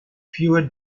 fewer